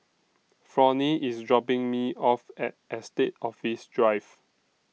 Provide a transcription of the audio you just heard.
Fronie IS dropping Me off At Estate Office Drive